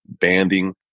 banding